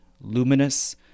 luminous